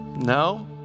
No